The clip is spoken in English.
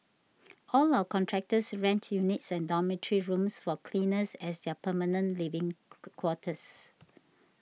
all our contractors rent units and dormitory rooms for cleaners as their permanent living quarters